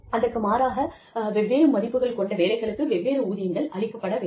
அதற்கு மாறாக வெவ்வேறு மதிப்புகள் கொண்ட வேலைகளுக்கு வெவ்வேறு ஊதியங்கள் அளிக்கப்பட வேண்டும்